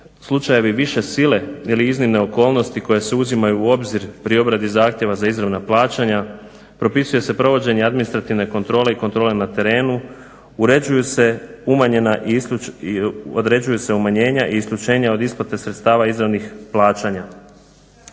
slučajevi više sile ili iznimne okolnosti koje se uzimaju u obzir pri obradi zahtjeva za izravna plaćanja, propisuje se provođenje administrativne kontrole i kontrole na terenu, određuju se umanjenja i isključenja od isplate sredstava izravnih plaćanja.